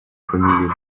фамилии